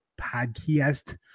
podcast